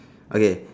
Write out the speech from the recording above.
okay